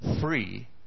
free